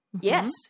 Yes